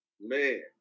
Man